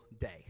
day